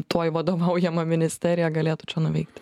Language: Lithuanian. tuoj vadovaujama ministerija galėtų čia nuveikti